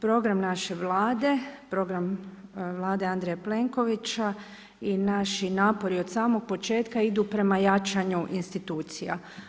Program naše Vlade, program Vlade Andreja Plenkovića i naši napori od samog početka idu prema jačanju institucija.